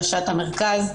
ראשת המרכז,